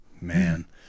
Man